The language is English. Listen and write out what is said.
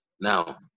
Now